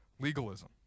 legalism